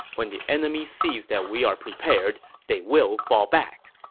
when the enemy sees that we are prepared, they will fall back.